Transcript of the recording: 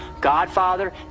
Godfather